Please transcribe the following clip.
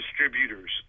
distributors